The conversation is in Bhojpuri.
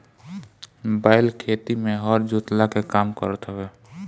बैल खेती में हर जोतला के काम करत हवे